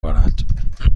بارد